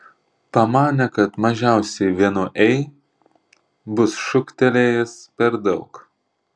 pamanė kad mažiausiai vienu ei bus šūktelėjęs per daug